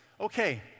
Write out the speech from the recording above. Okay